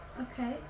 Okay